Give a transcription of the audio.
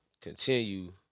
continue